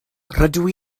rydw